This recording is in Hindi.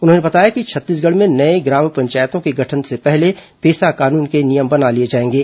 उन्होंने बताया कि छत्तीसगढ़ में नये ग्राम पंचायतों के गठन के पहले पेसा कानून के नियम बना लिए जाएंगे